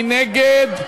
מי נגד?